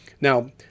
Now